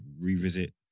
revisit